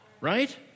right